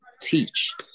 teach